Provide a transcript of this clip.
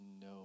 no